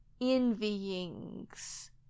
envyings